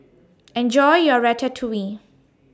Enjoy your Ratatouille